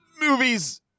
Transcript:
movies